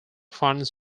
funds